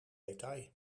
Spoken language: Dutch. detail